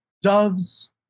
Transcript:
doves